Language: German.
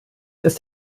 ist